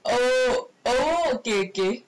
oh oh okay okay okay I understood understood